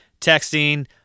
texting